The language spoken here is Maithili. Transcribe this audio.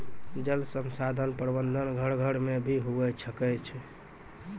जल संसाधन प्रबंधन घर घर मे भी हुवै सकै छै